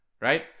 right